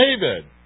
David